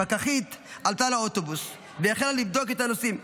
פקחית עלתה לאוטובוס והחלה לבדוק את הנוסעים.